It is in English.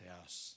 house